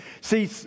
See